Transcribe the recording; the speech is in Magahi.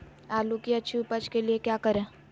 आलू की अच्छी उपज के लिए क्या करें?